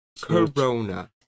Corona